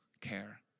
care